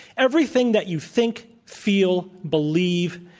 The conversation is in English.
everything that you think, feel, believe,